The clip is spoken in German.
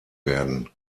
werden